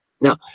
Now